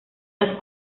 las